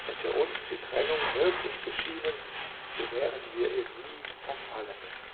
hätte uns die trennung möglich geschienen so wären wir ihr nie verfallenen